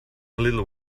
little